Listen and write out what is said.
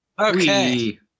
okay